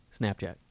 Snapchat